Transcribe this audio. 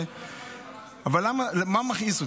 אבל מה מכעיס אותי?